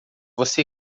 você